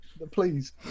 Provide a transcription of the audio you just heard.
please